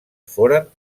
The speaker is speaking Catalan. foren